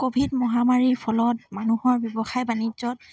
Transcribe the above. Covid মহামাৰীৰ ফলত মানুহৰ ব্যৱসায় বাণিজ্যত